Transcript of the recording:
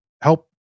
help